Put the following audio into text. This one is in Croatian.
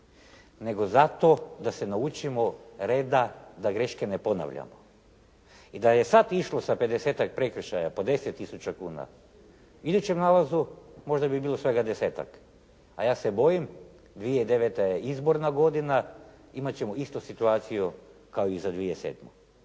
nego zato da se naučimo reda da greške ne ponavljamo. I da je sad išlo sa 50-tak prekršaja po 10 tisuća kuna, u idućem nalazu možda bi bilo svega 10-tak, a ja se bojim 2009. je izborna godina, imat ćemo isto situaciju kao i za 2007.